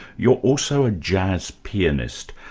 you're also a jazz pianist.